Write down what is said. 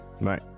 right